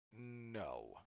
No